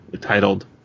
titled